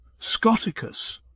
Scoticus